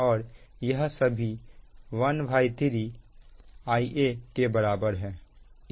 और यह सभी 13 Ia के बराबर है